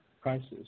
prices